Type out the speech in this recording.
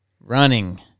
running